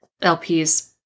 LP's